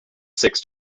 six